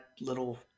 little